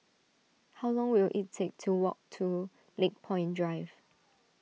how long will it take to walk to Lakepoint Drive